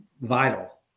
vital